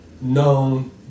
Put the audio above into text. known